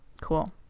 cool